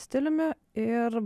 stiliumi ir